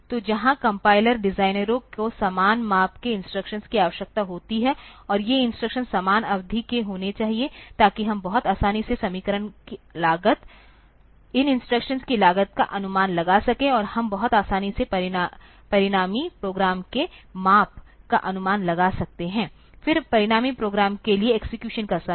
तो जहां कम्पाइलर डिजाइनरों को समान माप के इंस्ट्रक्शंस की आवश्यकता होती है और ये इंस्ट्रक्शंस समान अवधि के होने चाहिए ताकि हम बहुत आसानी से समीकरण की लागत इन इंस्ट्रक्शंस की लागत का अनुमान लगा सकें और हम बहुत आसानी से परिणामी प्रोग्राम के माप का अनुमान लगा सकते हैं फिर परिणामी प्रोग्राम के लिए एक्सेक्यूशन का समय